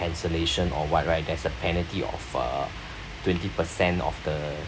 cancellation or what right there's a penalty of uh twenty percent of the